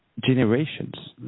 generations